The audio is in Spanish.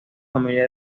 familia